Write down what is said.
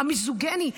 המיזוגיני,